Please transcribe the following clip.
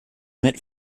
emit